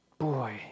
Boy